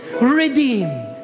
Redeemed